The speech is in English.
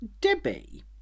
Debbie